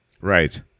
Right